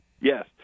yes